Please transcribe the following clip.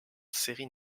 séries